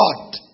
God